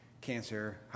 cancer